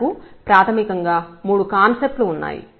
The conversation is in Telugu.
మనకు ప్రాథమికంగా మూడు కాన్సెప్ట్ లు ఉన్నాయి